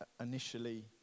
initially